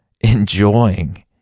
enjoying